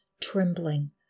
trembling